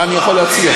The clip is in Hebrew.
מה אני יכול להציע?